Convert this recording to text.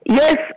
yes